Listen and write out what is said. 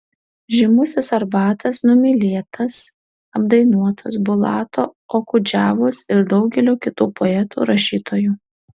žymusis arbatas numylėtas apdainuotas bulato okudžavos ir daugelio kitų poetų rašytojų